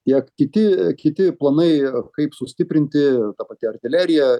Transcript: tiek kiti kiti planai kaip sustiprinti ta pati artilerija